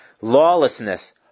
Lawlessness